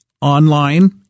online